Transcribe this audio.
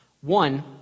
One